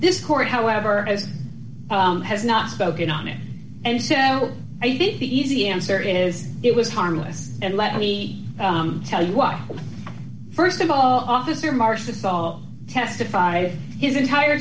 this court however as has not spoken on it and said no i think the easy answer is it was harmless and let me tell you why st of all officer marcia ball testified his entire